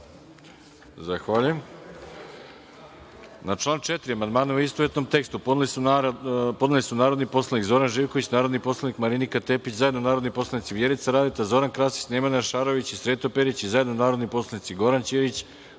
Zahvaljujem. Na član 4. amandman u istovetnom tekstu podneli su narodni poslanik Zoran Živković, narodni poslanik Marinika Tepić, zajedno narodni poslanici Vjerica Radeta, Zoran Krasić, Nemanja Šarović i Sreto Perić i zajedno narodni poslanici Goran Ćirić,